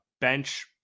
bench